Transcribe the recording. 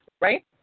Right